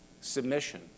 submission